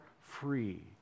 free